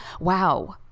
wow